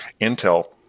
Intel